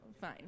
Fine